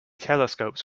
telescopes